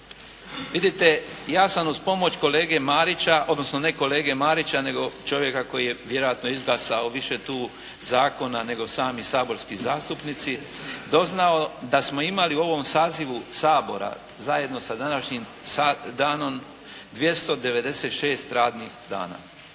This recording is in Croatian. Vidite, ja sam uz pomoć kolege Marića odnosno ne kolege Marića nego čovjeka koji je vjerojatno izglasao više tu zakona nego sami saborski zastupnici, doznao da smo imali u ovom sazivu Sabora zajedno sa današnjim danom 296 radnih dana.